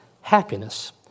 happiness